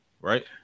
right